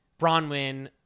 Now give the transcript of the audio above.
Bronwyn